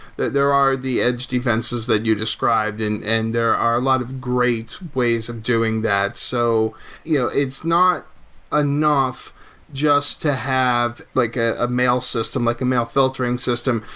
there are the edge defenses that you described and and there are a lot of great ways of doing that. so yeah it's not enough just to have like a mail system, like a mail filtering system.